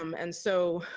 um and so,